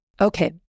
Okay